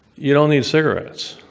you don't need cigarettes.